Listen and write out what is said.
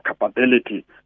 capability